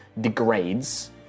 degrades